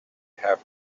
have